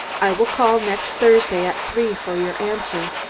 i will call next thursday at three for your answer.